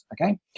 Okay